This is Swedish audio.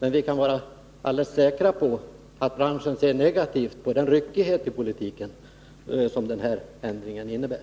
Vi kan dock vara alldeles säkra på att branschen ser negativt på den ryckighet i politiken som den här ändringen innebär.